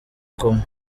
kumwe